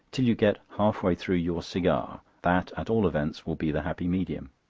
till you get half-way through your cigar. that, at all events, will be the happy medium.